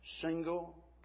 single